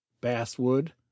basswood